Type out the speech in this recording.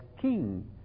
king